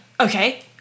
Okay